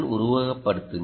உருவகப்படுத்துங்கள்